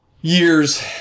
years